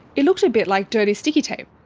it looked a bit like dirty sticky tape.